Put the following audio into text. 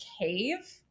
cave